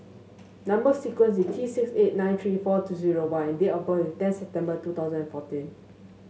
number sequence is T six eight nine three four two zero Y date of birth is tenth September two thousand and fourteen